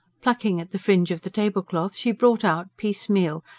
plucking at the fringe of the tablecloth, she brought out, piecemeal,